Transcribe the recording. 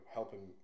helping